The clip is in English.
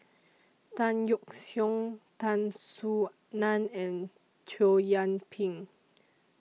Tan Yeok Seong Tan Soo NAN and Chow Yian Ping